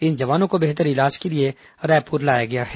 इन जवानों को बेहतर इलाज के लिए रायपुर लाया गया है